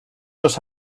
dos